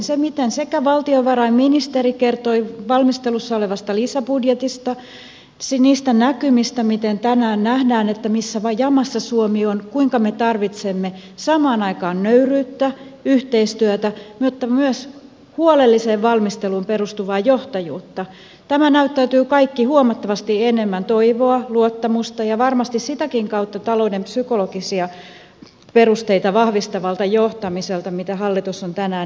se miten valtiovarainministeri kertoi valmistelussa olevasta lisäbudjetista niistä näkymistä miten tänään nähdään missä jamassa suomi on kuinka me tarvitsemme samaan aikaan nöyryyttä yhteistyötä mutta myös huolelliseen valmisteluun perustuvaa johtajuutta tämä näyttäytyy kaikki huomattavasti enemmän toivoa luottamusta ja varmasti sitäkin kautta talouden psykologisia perusteita vahvistavana johtamisena mitä hallitus on tänään esittänyt